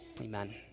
Amen